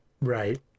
Right